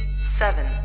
seven